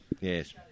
Yes